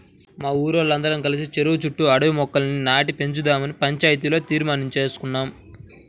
మా ఊరోల్లందరం కలిసి చెరువు చుట్టూ అడవి మొక్కల్ని నాటి పెంచుదావని పంచాయతీలో తీర్మానించేసుకున్నాం